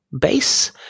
base